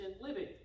living